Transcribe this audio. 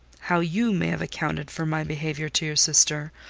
how you may have accounted for my behaviour to your sister,